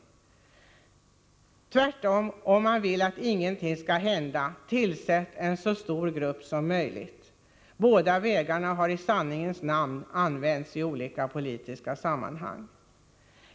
Och tvärtom: Om man vill att ingenting skall hända, tillsätter man en så stor grupp som möjligt. Båda vägarna har i sanningens namn använts i olika politiska sammanhang.